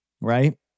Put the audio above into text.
Right